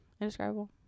Indescribable